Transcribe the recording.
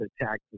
attack